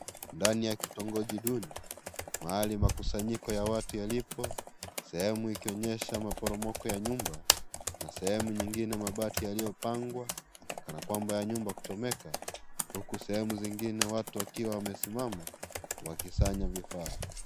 Ndani ya kitongoji duni, mahali makusanyiko ya watu yalipo sehemu ikionyesha maporomoko ya nyumba, na sehemu nyingine mabati yaliyopangwa kana kwamba ya nyumba kuchomeka, huku sehemu zingine watu wakiwa wamesimama wakisanya vifaa.